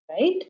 Right